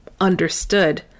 understood